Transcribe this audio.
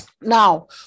Now